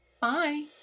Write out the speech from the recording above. Bye